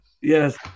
Yes